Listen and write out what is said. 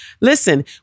Listen